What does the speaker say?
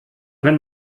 wenn